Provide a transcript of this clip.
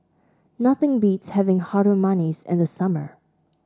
nothing beats having Harum Manis in the summer